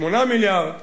8 מיליארד שקלים,